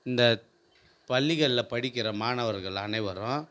இந்தப் பள்ளிகளில் படிக்கிற மாணவர்கள் அனைவரும்